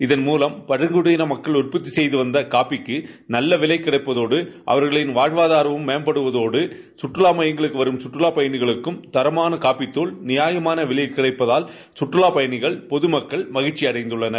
இதன் மூலம் பழங்குடியின மக்கள் உற்பத்தி செய்து வந்த காபிக்கு நல்ல விலை கிடைப்பதோடு அவர்களின் வாழ்வாதாரமும் மேம்படுவதோடு சுற்றுவா மையங்களுக்கு வரும் சுற்றுலாப் பயணிகளுக்கும் தரமான காபி துள் நியாயமான விலையில் கிடைப்பதால் சுற்றுலாப் பயணிகள் பொதுமக்கள் மகிழ்ச்சி அடைந்துள்ளனர்